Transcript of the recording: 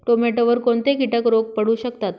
टोमॅटोवर कोणते किटक रोग पडू शकतात?